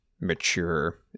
mature